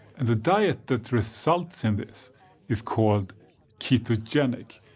and the diet that results in this is called ketogenic,